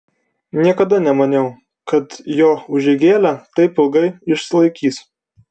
niekada nemaniau kad jo užeigėlė taip ilgai išsilaikys